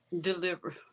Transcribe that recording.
Deliver